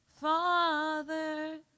Father